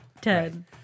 ten